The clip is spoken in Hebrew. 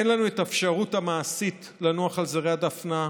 אין לנו את האפשרות המעשית לנוח על זרי הדפנה.